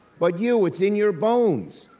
but you, it's in your bones.